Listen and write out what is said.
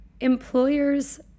employers